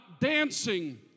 dancing